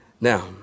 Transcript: Now